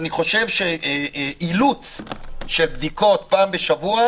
אני חושב שאילוץ של בדיקות פעם בשבוע,